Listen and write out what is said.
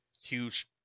huge